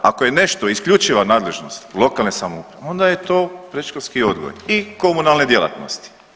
Ako je nešto isključiva nadležnost lokalne samouprave, onda je to predškolski odgoj i komunalne djelatnosti.